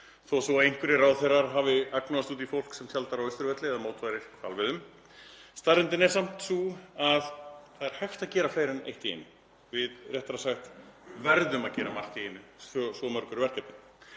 þó svo að einhverjir ráðherrar hafi agnúast út í fólk sem tjaldar á Austurvelli eða mótmælir hvalveiðum. Staðreyndin er samt sú að það er hægt að gera fleira en eitt í einu. Við réttara sagt verðum að gera margt í einu, svo mörg eru verkefnin.